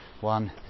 one